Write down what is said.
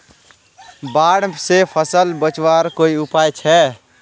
बाढ़ से फसल बचवार कोई उपाय छे?